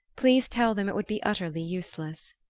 please tell them it would be utterly useless.